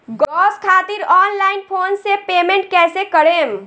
Gas खातिर online phone से payment कैसे करेम?